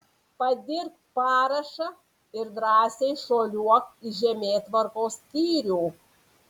padirbk parašą ir drąsiai šuoliuok į žemėtvarkos skyrių